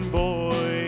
boy